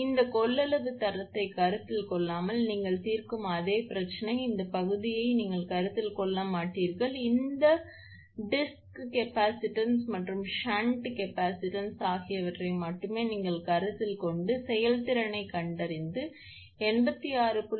இந்த கொள்ளளவு தரத்தை கருத்தில் கொள்ளாமல் நீங்கள் தீர்க்கும் அதே பிரச்சனை இந்த பகுதியை நீங்கள் கருத்தில் கொள்ள மாட்டீர்கள் இந்த வட்டு கொள்ளளவு மற்றும் இந்த ஷன்ட் கொள்ளளவு ஆகியவற்றை மட்டுமே நீங்கள் கருத்தில் கொண்டு செயல்திறனைக் கண்டறிந்து 86